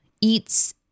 eats